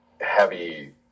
heavy